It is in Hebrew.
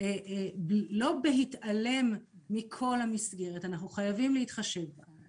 לא בהתעלם מכל המסגרת, אנחנו חייבים להתחשב בה.